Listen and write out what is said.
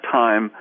time